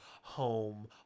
home